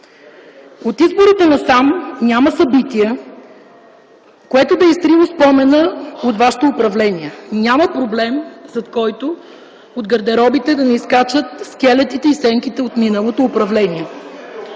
От изборите насам няма събитие, което да е изтрило спомена от вашето управление. Няма проблем, зад който от гардеробите да не изскачат скелетите и сенките от миналото управление.